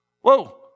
Whoa